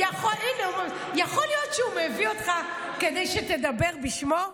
יכול להיות שהוא מביא אותך כדי שתדבר בשמו?